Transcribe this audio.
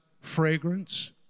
fragrance